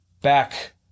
Back